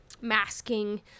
masking